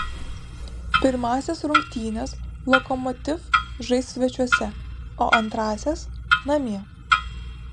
pirmąsias rungtynes lokomotiv žais svečiuose o antrąsias namie